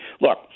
look